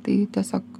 tai tiesiog